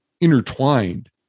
intertwined